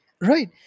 Right